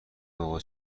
بابا